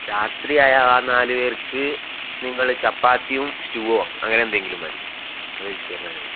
രാത്രിയായാൽ ആ നാല് പേർക്ക് നിങ്ങൾ ചപ്പാത്തിയും സ്റ്റൂവോ അങ്ങനെയെന്തെങ്കിലും മതി വെജിറ്റേറിയൻ അല്ലെ